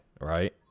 Right